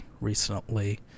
recently